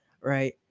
right